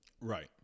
Right